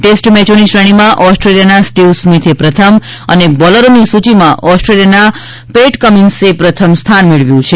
test મેચોની શ્રેણીમાં ઓસ્ટ્રેલિયાના સ્ટીવ સ્મીથે પ્રથમ અને બોલરોની સૂચિમાં ઓસ્ટ્રેલિયાના પેટ કમિન્સે પ્રથમ સ્થાન મેળવ્યું છે